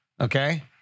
okay